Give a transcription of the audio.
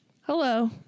Hello